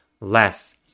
less